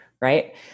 Right